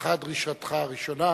בקשתך דרישתך הראשונה,